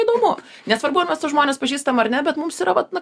įdomu nesvarbu ar mes tuos žmones pažįstam ar ne bet mums yra vat na